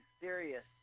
serious